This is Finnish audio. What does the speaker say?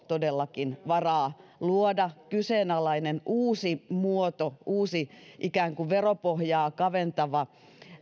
todellakin varaa luoda kyseenalainen uusi muoto ikään kuin uusi veropohjaa kaventava